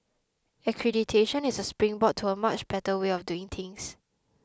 accreditation is a springboard to a much better way of doing things